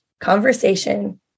Conversation